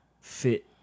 fit